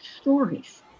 stories